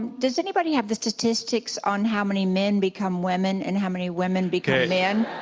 does anybody have the statistics on how many men become women and how many women become men?